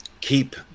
keep